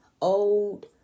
old